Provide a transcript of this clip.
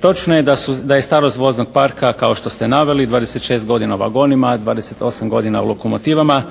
Točno je da je starost voznog parka, kao što ste naveli 26 godina u vagonima, 28 godina u lokomotivama.